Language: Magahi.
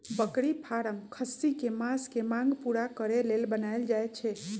बकरी फारम खस्सी कें मास के मांग पुरा करे लेल बनाएल जाय छै